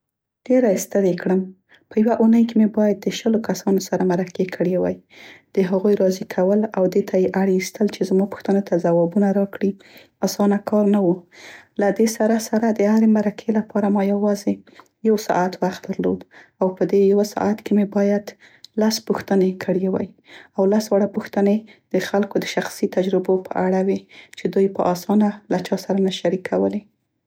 ډیره یې ستړې کړم. په یوه اونۍ کې مې باید د شلو کسانو سره مرکې کړې وی. د هغوی راضي کول او دې ته یې اړ ایستل چې زما پوښتنو ته ځوابونه راکړي، اسانه کار نه و. له دې سره سره د هرې مرکې لپاره ما یوازې یو ساعت وخت درلود او په دې یوه ساعت کې مې باید، لس پوښتنې کړی وی او لس واړه پوښتنې د خلکو د شخصي تجربو په اړه وې چې دوی په اسانه له چا سره نه شریکولې.